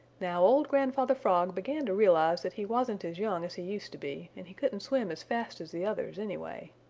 now old grandfather frog began to realize that he wasn't as young as he used to be, and he couldn't swim as fast as the others anyway.